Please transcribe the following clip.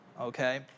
okay